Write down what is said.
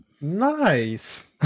Nice